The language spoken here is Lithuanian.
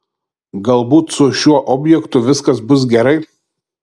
galbūt su šiuo objektu viskas bus gerai